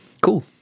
Cool